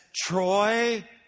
Troy